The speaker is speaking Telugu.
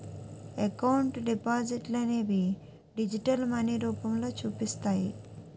ఎకౌంటు డిపాజిట్లనేవి డిజిటల్ మనీ రూపంలో చూపిస్తాయి